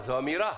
זו אמירה.